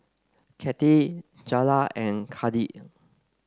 Kathy Jaylah and Kadin